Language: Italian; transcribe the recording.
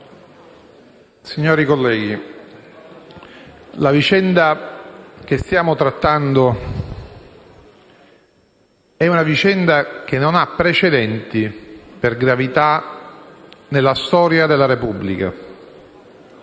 signori colleghi, la vicenda che stiamo trattando non ha precedenti, per gravità, nella storia della Repubblica.